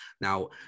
Now